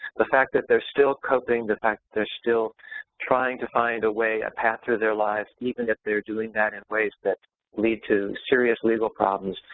the fact that they're still coping, the fact that they're still trying to find a way, a path through their lives even if they're doing that in ways that lead to serious legal problems,